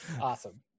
Awesome